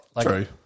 True